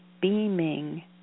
beaming